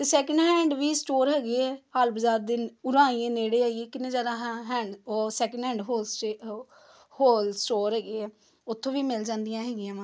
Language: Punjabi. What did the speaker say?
ਅਤੇ ਸੈਕਿੰਡ ਹੈਂਡ ਵੀ ਸਟੋਰ ਹੈਗੀ ਹੈ ਹਾਲ ਬਜ਼ਾਰ ਦੇ ਉਰਾਂ ਆਈਏ ਨੇੜੇ ਆਈਏ ਕਿੰਨੇ ਜ਼ਿਆਦਾ ਹੈਂ ਹੈਂਡ ਉਹ ਸੈਕਿੰਡ ਹੈਂਡ ਹੋਲ ਸਟੇ ਹੋ ਹੋਲ ਸਟੋਰ ਹੈਗੇ ਆ ਉੱਥੋਂ ਵੀ ਮਿਲ ਜਾਂਦੀਆਂ ਹੈਗੀਆਂ ਵਾ